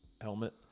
helmet